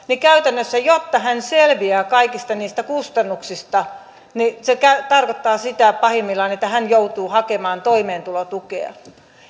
niin käytännössä jotta hän selviää kaikista niistä kustannuksista se tarkoittaa pahimmillaan sitä että hän joutuu hakemaan toimeentulotukea